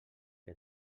que